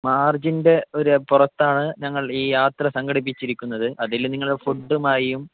മാർജിൻ്റെ ഒരു പുറത്താണ് ഞങ്ങൾ ഈ യാത്ര സംഘടിപ്പിച്ചിരിക്കുന്നത് അതിൽ നിങ്ങളുടെ ഫുഡുമായും